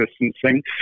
distancing